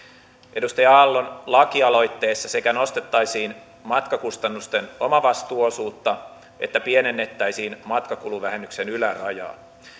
edustaja aallon lakialoitteessa sekä nostettaisiin matkakustannusten omavastuuosuutta että pienennettäisiin matkakuluvähennyksen ylärajaa